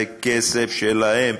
זה כסף שלהם,